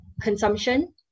consumption